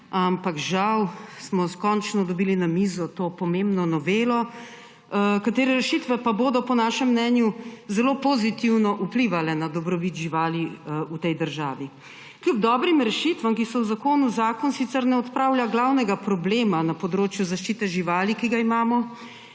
Ampak smo končno dobili na mizo to pomembno novelo, katere rešitve bodo po našem mnenju zelo pozitivno vplivale na dobrobit živali v tej državi. Kljub dobrim rešitvam, ki so v zakonu, zakon sicer ne odpravlja glavnega problema na področju zaščite živali, ki ga imamo,